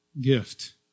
gift